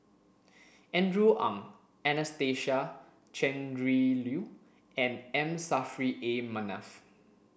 Andrew Ang Anastasia Tjendri Liew and M Saffri A Manaf